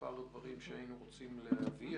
מספר נקודות שהיינו רוצים להבהיר.